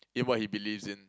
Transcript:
in what he believes in